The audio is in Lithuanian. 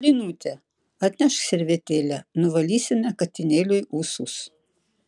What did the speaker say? linute atnešk servetėlę nuvalysime katinėliui ūsus